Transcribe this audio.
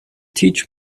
teach